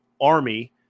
Army